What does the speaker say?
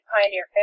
pioneer